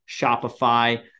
Shopify